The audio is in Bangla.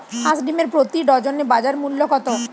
হাঁস ডিমের প্রতি ডজনে বাজার মূল্য কত?